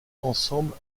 ensemble